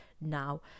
now